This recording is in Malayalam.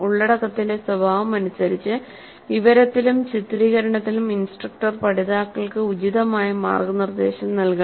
ഉള്ളടക്കത്തിന്റെ സ്വഭാവമനുസരിച്ച് വിവരത്തിലും ചിത്രീകരണത്തിലും ഇൻസ്ട്രക്ടർ പഠിതാക്കൾക്ക് ഉചിതമായ മാർഗ്ഗനിർദ്ദേശം നൽകണം